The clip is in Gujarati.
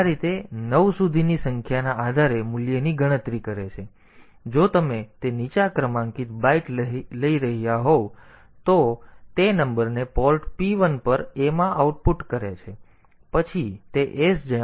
તેથી આ રીતે તે 9 સુધીની સંખ્યાના આધારે મૂલ્યની ગણતરી કરે છે તેથી તેને અનુરૂપ અંક મળ્યો છે જે આવવો જોઈએ જો તમે તે નીચા ક્રમાંકિત બાઈટ લઈ રહ્યા હોવ તો અને તે પછી તે તે નંબરને પોર્ટ p 1 પર a માં આઉટપુટ કરે છે અને પછી તે sjmp l 1 છે